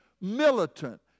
militant